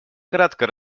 кратко